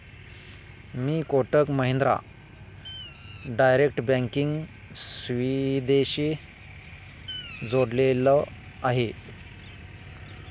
मी Kotak Mahindra direct banking सुविधेशी जोडलेलो आहे?